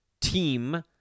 team